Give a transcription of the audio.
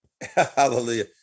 Hallelujah